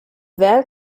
wer